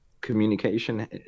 communication